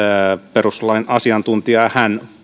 perustuslain asiantuntijaa ja hän